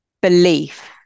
belief